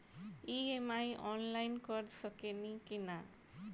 EMI online कर सकेनी की ना?